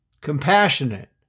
compassionate